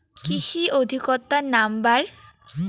কৃষি অধিকর্তার নাম্বার?